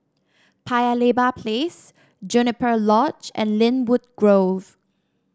Paya Lebar Place Juniper Lodge and Lynwood Grove